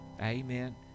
Amen